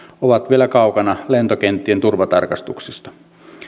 ovat vielä kaukana lentokenttien turvatarkastuksista